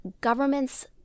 governments